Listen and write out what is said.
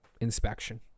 inspection